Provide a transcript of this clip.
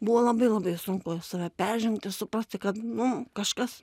buvo labai labai sunku save peržengti suprasti kad nu kažkas